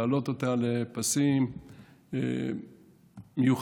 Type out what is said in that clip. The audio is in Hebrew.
להעלות אותה לפסים מיוחדים,